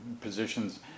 positions